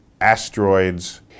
asteroids